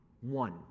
one